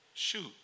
Shoot